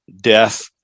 death